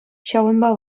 ҫавӑнпа